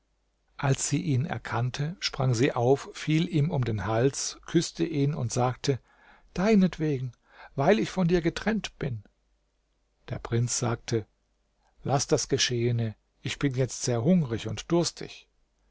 als sie ihn erkannte sprang sie auf fiel ihm um den hals küßte ihn und sagte deinetwegen weil ich von dir getrennt bin der prinz sagte laß das geschehene ich bin jetzt sehr hungrig und durstig